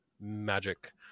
magic